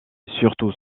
surtout